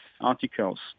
articles